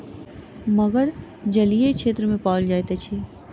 मगर जलीय क्षेत्र में पाओल जाइत अछि